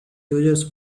users